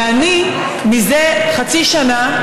ואני, זה חצי שנה,